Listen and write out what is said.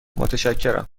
متشکرم